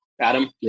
Adam